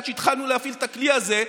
עד שהתחלנו להפעיל את הכלי הזה,